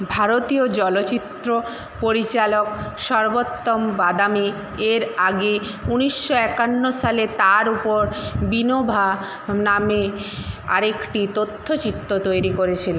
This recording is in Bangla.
ভারতীয় চলচ্চিত্র পরিচালক সর্বোত্তম বাদামি এর আগে উনিশশো একান্ন সালে তাঁর উপর বিনোবা নামে আরেকটি তথ্যচিত্র তৈরি করেছিলেন